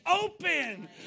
open